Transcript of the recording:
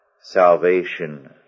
salvation